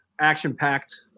action-packed